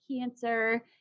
cancer